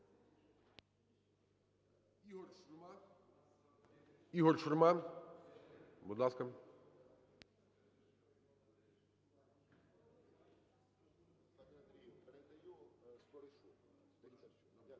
ІгорШурма, будь ласка.